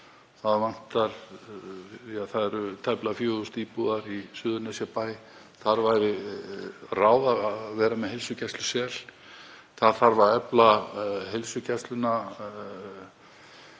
Það eru tæplega 4.000 íbúar í Suðurnesjabæ og þar væri ráð að vera með heilsugæslusel. Það þarf að efla heilsugæsluna.